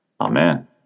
Amen